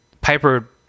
Piper